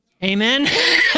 Amen